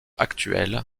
actuel